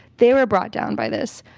they were brought down by this,